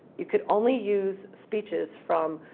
you could only use speeches from